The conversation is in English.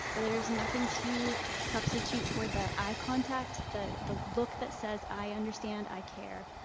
but there's nothing to substitute for the eye contact, the the look that says, i understand, i care.